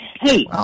Hey